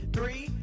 Three